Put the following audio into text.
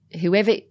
whoever